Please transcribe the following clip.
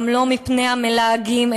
גם לא מפני המלהגים,